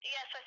Yes